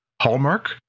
Hallmark